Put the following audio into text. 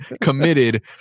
committed